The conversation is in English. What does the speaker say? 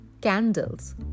candles